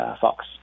Fox